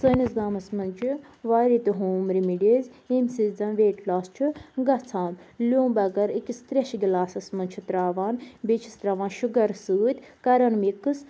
سٲنِس گامَس منٛز چھِ واریاہ تہٕ ہوم رمیٖڈیٖز ییٚمہِ سۭتۍ زَنہٕ ویٹ لاس چھِ گژھان لیٚوم اَکھ أکِس ترایش گِلاسَس منٛز چھِ تراوان بیٚیہِ چھِس تراوان شُگَر سۭتۍ کران مِکٕس